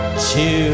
Two